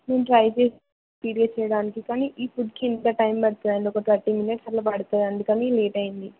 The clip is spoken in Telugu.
నేను ట్రై చేస్తా చేయడానికి కానీ ఈ ఫుడ్కి ఇంత టైం పడుతుందండి ఒక థర్టీ మినిట్స్ అట్లా పడుతుంది అందుకని లేట్ అయింది